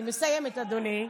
אני מסיימת, אדוני.